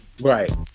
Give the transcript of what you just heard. right